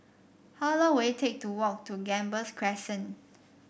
how long will it take to walk to Gambas Crescent